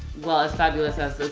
well as fabulous as